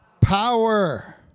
power